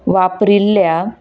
वापरिल्ल्या